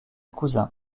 cousins